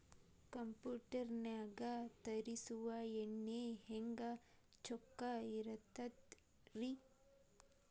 Computer ನಾಗ ತರುಸುವ ಎಣ್ಣಿ ಹೆಂಗ್ ಚೊಕ್ಕ ಇರತ್ತ ರಿ?